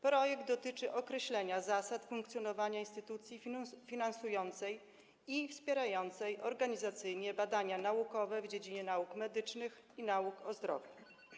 Projekt dotyczy określenia zasad funkcjonowania instytucji finansującej i wspierającej organizacyjnie badania naukowe w dziedzinie nauk medycznych i nauk o zdrowiu.